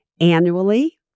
annually